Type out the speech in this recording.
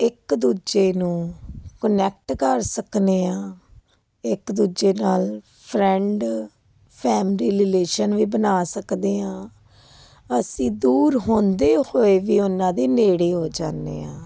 ਇੱਕ ਦੂਜੇ ਨੂੰ ਕੁਨੈਕਟ ਕਰ ਸਕਦੇ ਹਾਂ ਇੱਕ ਦੂਜੇ ਨਾਲ ਫਰੈਂਡ ਫੈਮਲੀ ਰਿਲੇਸ਼ਨ ਵੀ ਬਣਾ ਸਕਦੇ ਹਾਂ ਅਸੀਂ ਦੂਰ ਹੁੰਦੇ ਹੋਏ ਵੀ ਉਹਨਾਂ ਦੇ ਨੇੜੇ ਹੋ ਜਾਂਦੇ ਹਾਂ